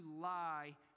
lie